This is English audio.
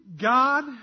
God